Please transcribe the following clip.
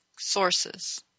sources